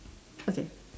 okay